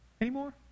anymore